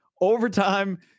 overtime